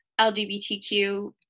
LGBTQ